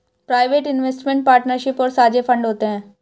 private investment partnership और साझे fund होते हैं